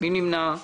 מי נמנע?